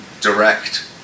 direct